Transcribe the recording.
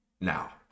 now